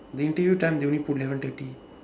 the interview time they only put eleven thirty